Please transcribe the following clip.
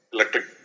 Electric